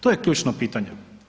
To je ključno pitanje.